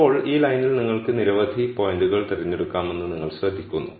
ഇപ്പോൾ ഈ ലൈനിൽ നിങ്ങൾക്ക് നിരവധി പോയിന്റുകൾ തിരഞ്ഞെടുക്കാമെന്ന് നിങ്ങൾ ശ്രദ്ധിക്കുന്നു